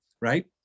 right